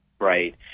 Right